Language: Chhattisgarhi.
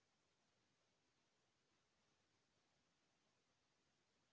का कीट ह हमन ला कुछु नुकसान दे सकत हे?